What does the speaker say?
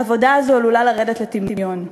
העבודה הזאת עלולה לרדת לטמיון.